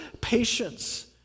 patience